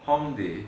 hongdae